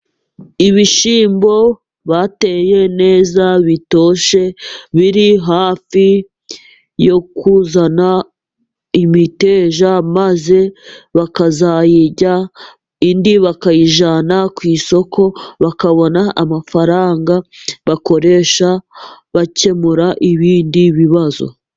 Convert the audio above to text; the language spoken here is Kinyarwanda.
Ibishyimbo bateye neza bitoshye, biri hafi yo kuzana imiteja, maze bakazayirya, indi bakayijyana ku isoko bakabona amafaranga bakoresha bakemura ibindi bibazo.